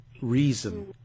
reason